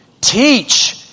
Teach